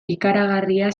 ikaragarria